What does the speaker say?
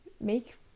Make